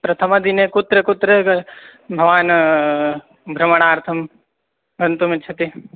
प्रथमदिने कुत्र कुत्र ग भवान् भ्रमणार्थं गन्तुमिच्छति